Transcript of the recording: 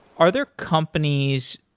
are there companies,